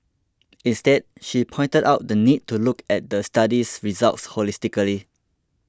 instead she pointed out the need to look at the study's results holistically